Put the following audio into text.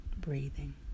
breathing